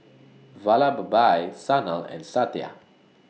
Vallabhbhai Sanal and Satya